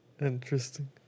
Interesting